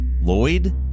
Lloyd